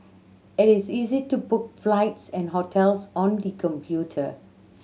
it is easy to book flights and hotels on the computer